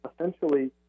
essentially